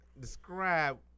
Describe